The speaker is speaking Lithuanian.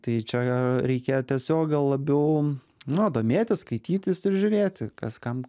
tai čia reikia tiesiog gal labiau nu domėtis skaitytis ir žiūrėti kas kam